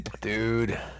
dude